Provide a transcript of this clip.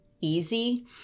easy